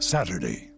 Saturday